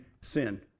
sin